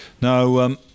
Now